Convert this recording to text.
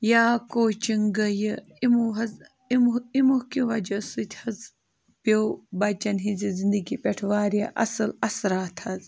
یا کوچِنٛگ گٔیہِ یِمو حظ یِمو یِمو کہِ وجہ سۭتۍ حظ پیوٚو بَچَن ہِنٛزِ زنٛدگی پٮ۪ٹھ واریاہ اَصٕل اثرات حظ